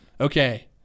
Okay